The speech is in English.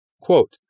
Quote